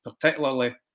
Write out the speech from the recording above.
particularly